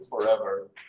forever